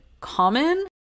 common –